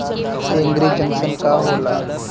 एगरी junction का होला?